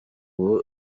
ubu